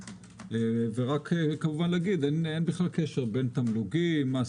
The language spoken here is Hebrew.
אין קשר בין תמלוגים,